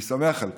אני שמח על כך.